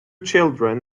children